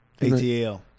ATL